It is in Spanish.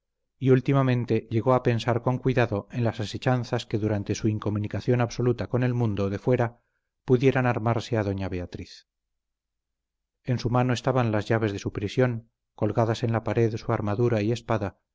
y últimamente llegó a pensar con cuidado en las asechanzas que durante su incomunicación absoluta con el mundo de afuera pudieran armarse a doña beatriz en su mano estaban las llaves de su prisión colgadas en la pared su armadura y espada